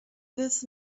this